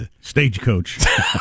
Stagecoach